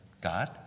God